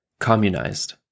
Communized